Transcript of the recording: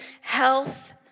health